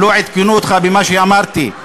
לא עדכנו אותך במה שאמרתי.